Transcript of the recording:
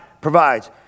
provides